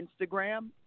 Instagram